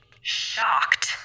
shocked